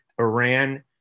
Iran